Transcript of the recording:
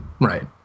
right